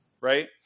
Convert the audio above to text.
right